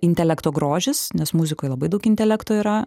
intelekto grožis nes muzikoj labai daug intelekto yra